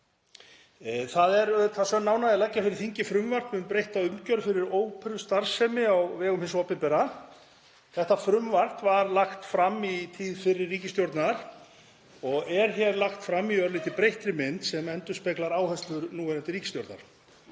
Það er auðvitað sönn ánægja að leggja fyrir þingið frumvarp um breytta umgjörð fyrir óperustarfsemi á vegum hins opinbera. Þetta frumvarp var lagt fram í tíð fyrri ríkisstjórnar og er hér lagt fram í örlítið breyttri mynd sem endurspeglar áherslur núverandi ríkisstjórnar.